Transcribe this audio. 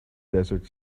desert